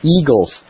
eagles